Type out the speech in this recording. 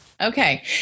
Okay